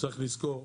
צריך לזכור,